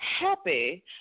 Happy